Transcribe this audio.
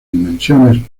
dimensiones